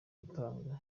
gutanga